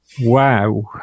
wow